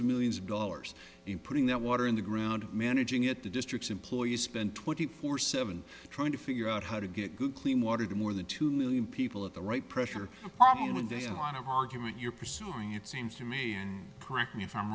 of millions of dollars in putting that water in the ground of managing it to districts employees spend twenty four seven trying to figure out how to get good clean water to more than two million people at the right pressure a problem with a line of argument you're pursuing it seems to me and correct me if i'm